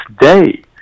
day